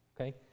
Okay